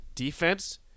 Defense